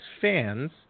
fans